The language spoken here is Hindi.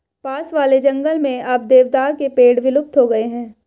पास वाले जंगल में अब देवदार के पेड़ विलुप्त हो गए हैं